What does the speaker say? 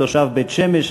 הוא תושב בית-שמש.